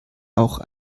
auch